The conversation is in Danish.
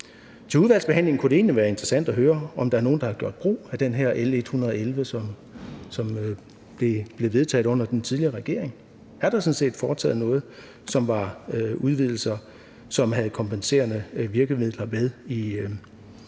I udvalgsbehandlingen kunne det egentlig være interessant at høre, om der er nogen, der har gjort brug af det her L 111, som blev vedtaget under den tidligere regering. Er der sådan set foretaget noget, som var udvidelser, og som havde kompenserende virkemidler med i tingene?